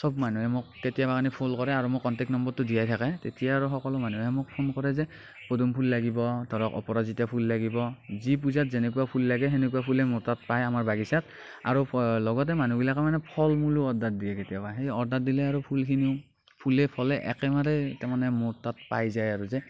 চব মানুহে মোক তেতিয়া মোক ফোন কৰে আৰু মোৰ কণ্টেক্ট নম্বৰটো দিয়াই থাকে তেতিয়া আৰু সকলো মানুহে মোক ফোন কৰে যে পদুম ফুল লাগিব ধৰক অপৰাজিতা ফুল লাগিব যি পূজাত যেনেকুৱা ফুল লাগিব হেনেকুৱা ফুলেই মোৰ তাত পায় আমাৰ বাগিচাত আৰু লগতে মানুহবিলাকে মানে ফল মূলো অৰ্ডাৰ দিয়ে কেতিয়াবা সেই অৰ্ডাৰ দিলে আৰু ফুলখিনিও ফুলে ফলে একেবাৰেই তাৰ মানে মোৰ তাত পাই যায় আৰু